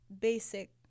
basic